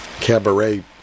cabaret